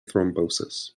thrombosis